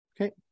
Okay